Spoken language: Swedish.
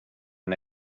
den